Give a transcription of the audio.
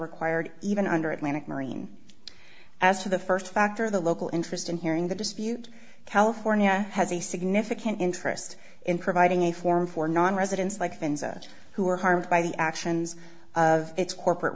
required even under atlantic marine as to the first factor the local interest in hearing the dispute california has a significant interest in providing a form for non residents like then such who are harmed by the actions of its corporate